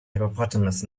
hippopotamus